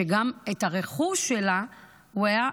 כי גם את הרכוש שלה הוא היה יורש.